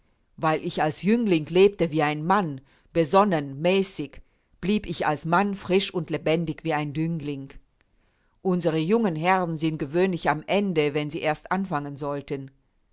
weil ich als jüngling lebte wie ein mann besonnen mäßig bleib ich als mann frisch und lebendig wie ein jüngling unsere jungen herren sind gewöhnlich am ende wenn sie erst anfangen sollten